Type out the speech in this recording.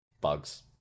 Bugs